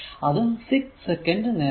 അതും 6 സെക്കന്റ് നേരം